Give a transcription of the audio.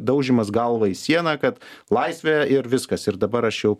daužymas galva į sieną kad laisvė ir viskas ir dabar aš jau